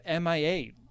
MIA